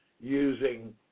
using